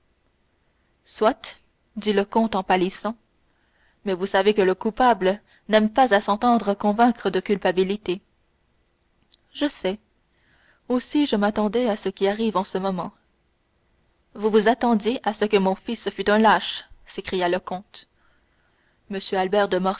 soit dit le comte en pâlissant mais vous savez que le coupable n'aime pas à s'entendre convaincre de culpabilité je sais aussi je m'attendais à ce qui arrive en ce moment vous vous attendiez à ce que mon fils fût un lâche s'écria le comte